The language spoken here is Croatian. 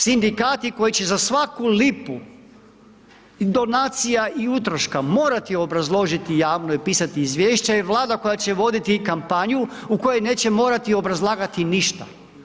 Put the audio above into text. Sindikati koji će za svaku lipu donacija i utroška morati obrazložiti javno i pisati izvješća i Vlada koja će voditi i kampanju u kojoj neće morati obrazlagati ništa.